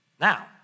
Now